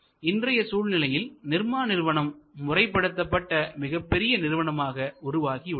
இன்றைய சூழ்நிலையில் நிர்மா நிறுவனம் முறைப்படுத்தப்பட்ட மிகப்பெரிய நிறுவனமாக உருவாகி உள்ளது